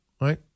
Right